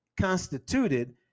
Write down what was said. constituted